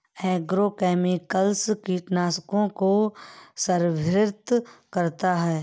agrochemicals कीटनाशकों को संदर्भित करता है